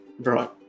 Right